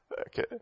Okay